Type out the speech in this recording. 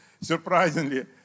surprisingly